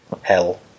Hell